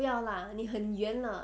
不要 lah 你很圆 lah